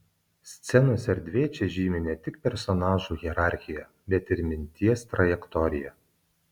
scenos erdvė čia žymi ne tik personažų hierarchiją bet ir minties trajektoriją